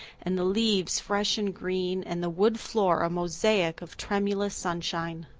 and the leaves fresh and green, and the wood floor a mosaic of tremulous sunshine.